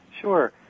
Sure